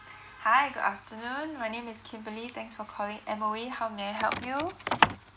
hi good afternoon my name is kimberly thanks for calling M_O_E how may I help you